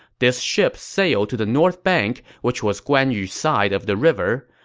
this ship sailed to the north bank, which was guan yu's side of the river.